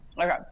Okay